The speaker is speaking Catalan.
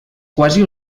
quasi